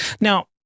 Now